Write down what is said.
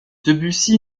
debussy